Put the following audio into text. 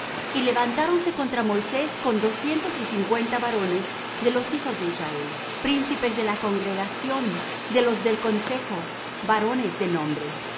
y levantáronse contra moisés con doscientos y cincuenta varones de los hijos de israel príncipes de la congregación de los del consejo varones de nombre